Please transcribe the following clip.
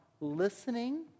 listening